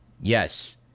yes